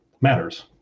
matters